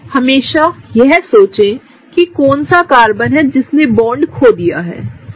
हमेशा यह सोचें कि कौन सा कार्बन है जिसने बॉन्ड खो दिया है ठीक है